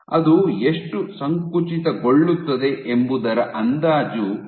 ಅದು ಎಷ್ಟು ಸಂಕುಚಿತಗೊಳ್ಳುತ್ತದೆ ಎಂಬುದರ ಅಂದಾಜು ನೀಡುತ್ತದೆ